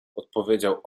odpowiedział